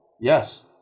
Yes